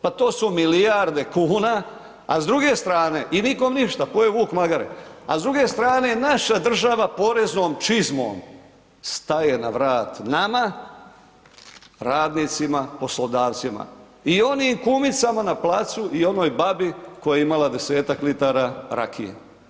Pa to su milijarde kuna, a s druge strane i nikom ništa, pojeo vuk magare, a s druge strane naša država poreznom čizmom staje na vrat nama radnicima, poslodavcima i onim kumicama na placu i onoj babi koja je imala 10-tak litara rakije.